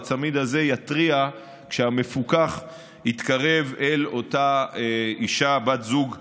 והצמיד הזה יתריע כשהמפוקח יתקרב אל אותה אישה או בת זוג מאוימת.